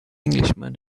englishman